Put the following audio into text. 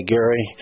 Gary